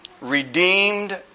redeemed